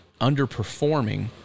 underperforming